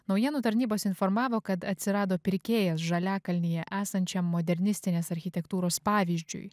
naujienų tarnybos informavo kad atsirado pirkėjas žaliakalnyje esančiam modernistinės architektūros pavyzdžiui